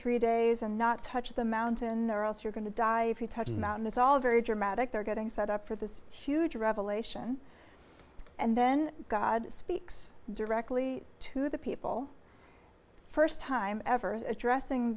three days and not touch the mountain or else you're going to die if you touch the mountain it's all very dramatic they're getting set up for this huge revelation and then god speaks directly to the people first time ever addressing